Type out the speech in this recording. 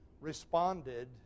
responded